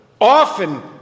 often